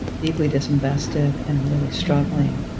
deeply disinvested and really struggling.